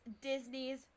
Disney's